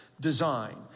design